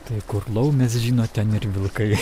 tai kur laumės žinot ten ir vilkai